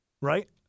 right